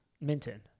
Minton